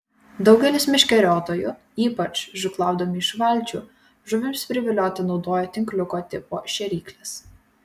daugelis meškeriotojų ypač žūklaudami iš valčių žuvims privilioti naudoja tinkliuko tipo šėrykles